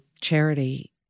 charity